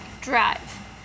Drive